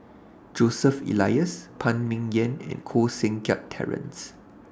Joseph Elias Phan Ming Yen and Koh Seng Kiat Terence